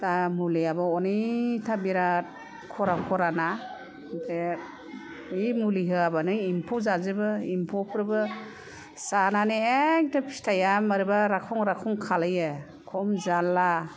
दा मुलियाबो अनेकथा बिराथ खरा खरा ना बे मुलि होयाबानो एम्फौ जाजोबो एम्फौफोरबो जानानै एकदम फिथाइआ मारैबा राखं राखं खालायो खम जालला